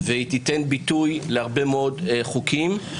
והיא תיתן ביטוי להרבה מאוד חוקים.